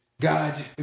God